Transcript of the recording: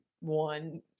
one